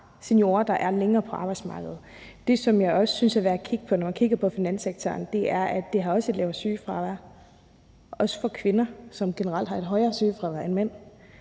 seniorer, der er længere tid på arbejdsmarkedet. Det, som jeg også synes er værd at kigge på, når man ser på finanssektoren, er, at de også har et lavt sygefravær, også for kvinders vedkommende, som generelt har et højere sygefravær end mænd,